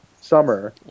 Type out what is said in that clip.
summer